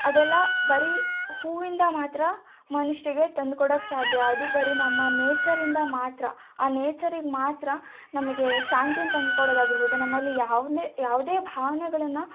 ಅದೆಲ್ಲ ಬರೀ ಹೂವಿಂದ ಮಾತ್ರ ಮನುಷ್ಯರಿಗೆ ತಂದ್ಕೊಡೋಕ್ಕೆ ಸಾಧ್ಯ ಅದು ಬರೀ ನಮ್ಮ ನೇಚರಿಂದ ಮಾತ್ರ ಆ ನೇಚರಿಗೆ ಮಾತ್ರ ನಮಗೆ ಶಾಂತಿನ ತಂದ್ಕೊಡೋದಾಗಿರ್ಬೋದು ನಮ್ಮಲ್ಲಿ ಯಾವುದೇ ಯಾವುದೇ ಭಾವನೆಗಳನ್ನು